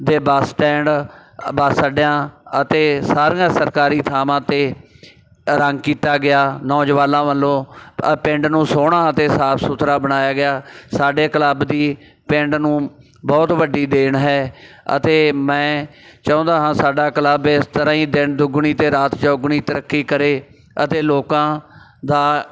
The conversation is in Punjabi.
ਦੇ ਬਸ ਸਟੈਂਡ ਬਸ ਅੱਡਿਆ ਅਤੇ ਸਾਰੀਆਂ ਸਰਕਾਰੀ ਥਾਵਾਂ 'ਤੇ ਰੰਗ ਕੀਤਾ ਗਿਆ ਨੌਜਵਾਨਾਂ ਵੱਲੋਂ ਪਿੰਡ ਨੂੰ ਸੋਹਣਾ ਅਤੇ ਸਾਫ਼ ਸੁਥਰਾ ਬਣਾਇਆ ਗਿਆ ਸਾਡੇ ਕਲੱਬ ਦੀ ਪਿੰਡ ਨੂੰ ਬਹੁਤ ਵੱਡੀ ਦੇਣ ਹੈ ਅਤੇ ਮੈਂ ਚਾਹੁੰਦਾ ਹਾਂ ਸਾਡਾ ਕਲੱਬ ਇਸ ਤਰ੍ਹਾਂ ਹੀ ਦਿਨ ਦੁੱਗਣੀ ਅਤੇ ਰਾਤ ਚੌਗੁਣੀ ਤਰੱਕੀ ਕਰੇ ਅਤੇ ਲੋਕਾਂ ਦਾ